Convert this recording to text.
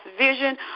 vision